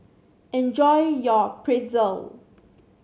enjoy your Pretzel